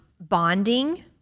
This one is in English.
bonding